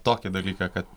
tokį dalyką kad